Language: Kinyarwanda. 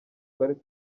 twari